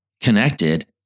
connected